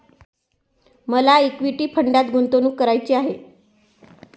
मला इक्विटी फंडात गुंतवणूक करायची आहे